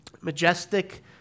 majestic